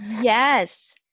Yes